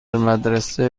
مدرسه